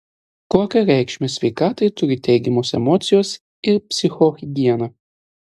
kokią reikšmę sveikatai turi teigiamos emocijos ir psichohigiena